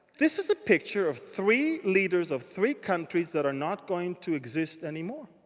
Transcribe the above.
this is a picture of three leaders of three countries that are not going to exist anymore.